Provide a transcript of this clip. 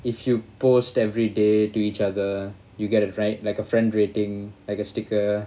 if you post every day to each other you get it right like a friend rating like a sticker